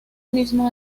mismo